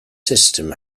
system